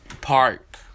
park